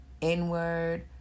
inward